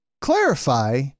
clarify